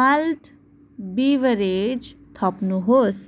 malt beverage थप्नुहोस्